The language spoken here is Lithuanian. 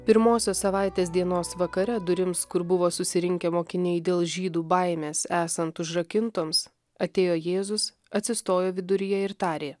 pirmosios savaitės dienos vakare durims kur buvo susirinkę mokiniai dėl žydų baimės esant užrakintoms atėjo jėzus atsistojo viduryje ir tarė